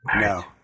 No